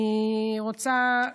אני רוצה,